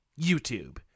YouTube